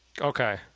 Okay